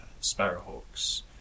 sparrowhawks